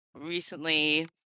recently